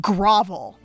Grovel